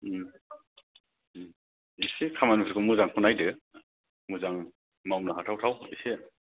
उम उम एसे खामानिफोरखौ मोजांखौ नायदो मोजां मावनो हाथाव थाव एसे